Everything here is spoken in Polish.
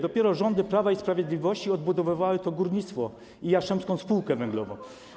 Dopiero rządy Prawa i Sprawiedliwości odbudowywały to górnictwo i Jastrzębską Spółkę Węglową.